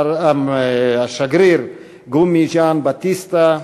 השגריר גומי ז'אן בטיסטה,